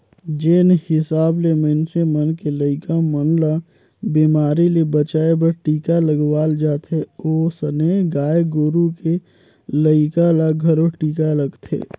जेन हिसाब ले मनइसे मन के लइका मन ल बेमारी ले बचाय बर टीका लगवाल जाथे ओइसने गाय गोरु के लइका ल घलो टीका लगथे